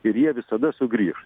ir jie visada sugrįš